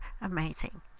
amazing